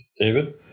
David